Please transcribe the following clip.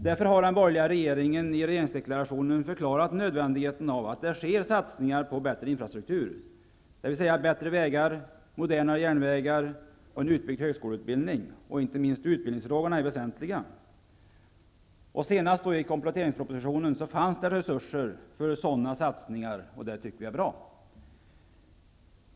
Därför har den borgerliga regeringen i regeringsdeklarationen förklarat nödvändigheten av att det görs satsningar på bättre infrastruktur, dvs. bättre vägar, modernare järnvägar och en utbyggd högskoleutbildning -- inte minst utbildningsfrågorna är väsentliga. I kompletteringspropositionen fanns det resurser för sådana satsningar. Det tycker vi är bra.